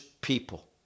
people